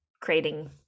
creating